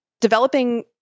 developing